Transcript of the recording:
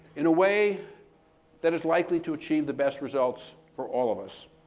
in a way that is likely to achieve the best results for all of us.